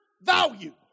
value